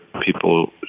people